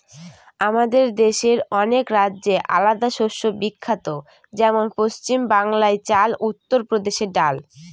আমাদের দেশের অনেক রাজ্যে আলাদা শস্য বিখ্যাত যেমন পশ্চিম বাংলায় চাল, উত্তর প্রদেশে ডাল